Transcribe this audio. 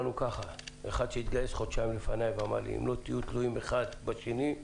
אחד שהתגייס חודשיים לפניי אמר לי: אם לא תהיו תלויים האחד בשני,